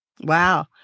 Wow